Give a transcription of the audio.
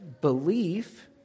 belief